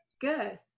good